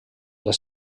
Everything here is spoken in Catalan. les